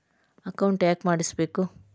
Account ಯಾಕ್ ಮಾಡಿಸಬೇಕು?